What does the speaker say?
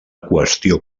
qüestió